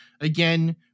again